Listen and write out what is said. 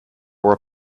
were